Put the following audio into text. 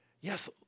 Yes